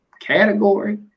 category